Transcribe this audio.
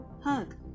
hug